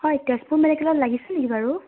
হয় তেজপুৰ মেডিকেলত লাগিছে নেকি বাৰু